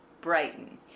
Brighton